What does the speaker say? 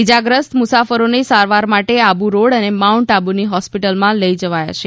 ઈજા ગ્રસ્ત મુસાફરોને સારવાર માટે આબુ રોડ અને માઉન્ટ આબુની હોસ્પિટલમાં લઈ જવાયા છે